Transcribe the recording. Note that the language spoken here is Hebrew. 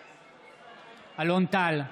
בעד אלון טל,